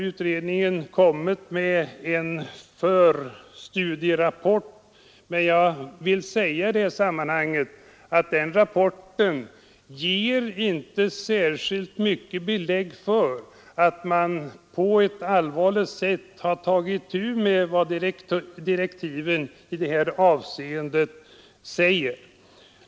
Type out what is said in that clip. Utredningen har framlagt en förstudie, som inte ger särskilt starka belägg för att utredningen på ett seriöst sätt tagit itu med de i direktiven på denna punkt angivna uppgifterna.